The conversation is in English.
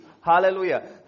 Hallelujah